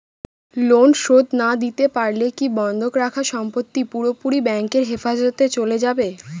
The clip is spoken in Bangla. লোন শোধ না দিতে পারলে কি বন্ধক রাখা সম্পত্তি পুরোপুরি ব্যাংকের হেফাজতে চলে যাবে?